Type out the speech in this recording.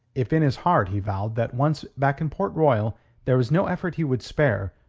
if in his heart he vowed that once back in port royal there was no effort he would spare,